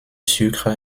sucre